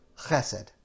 chesed